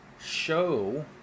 show